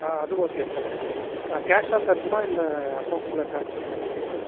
ஆ அது okay sir கேஷாக தரணுமா இல்லை அக்கவுண்ட்டில் டிரான்ஸ்ஃபர் பண்ணணுமா சார்